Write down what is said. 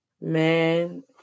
man